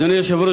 אדוני היושב-ראש,